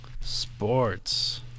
Sports